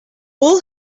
all